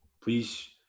Please